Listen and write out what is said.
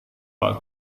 pak